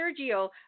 Sergio